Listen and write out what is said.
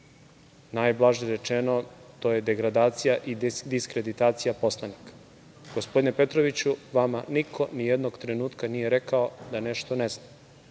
Najblaže rečeno to je degradacija i diskreditacija poslanika. Gospodine Petroviću, Vama niko ni jednog trenutka nije rekao da nešto ne znate.